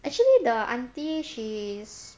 actually the aunty she's